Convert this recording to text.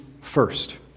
first